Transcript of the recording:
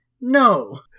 No